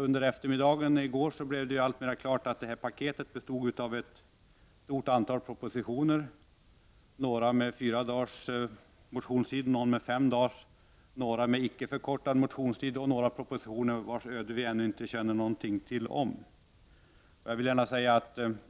Under eftermiddagen i går stod det klart att detta paket bestod av ett stort antal propositioner, några med fyra dagars motionstid, någon med fem dagars, några med icke förkortad motionstid och några propositioner vilkas öde vi ännu inte känner till någonting om.